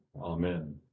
Amen